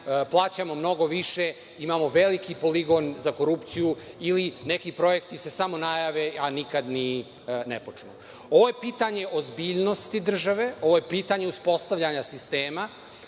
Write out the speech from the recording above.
plaćamo mnogo više, imamo veliki poligon za korupciju ili neki projekti se samo najave a nikad ni ne počnu. Ovo je pitanje ozbiljnosti države, ovo je pitanje uspostavljanja sistema.